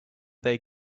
they